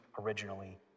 originally